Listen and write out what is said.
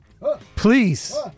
please